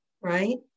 right